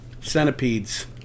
Centipedes